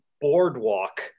boardwalk